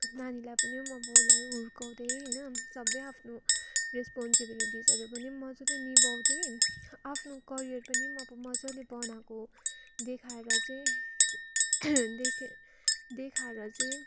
नानीलाई पनि अब उसलाई हुर्काउँदै होइन सबै आफ्नो रेस्पोन्सिबिलिटीजहरू पनि मजाले निभाउँदै आफ्नो करियर पनि अब मजाले बनाएको देखाएर चाहिँ देखाएर चाहिँ